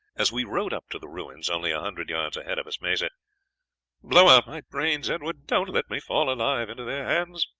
as we rode up to the ruins only a hundred yards ahead of us, may said blow out my brains, edward don't let me fall alive into their hands